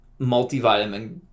multivitamin